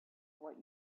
what